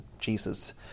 Jesus